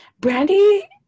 brandy